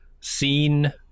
seen